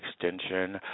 extension